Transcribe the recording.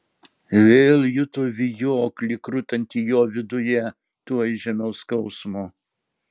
vėl juto vijoklį krutantį jo viduje tuoj žemiau skausmo